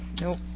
Nope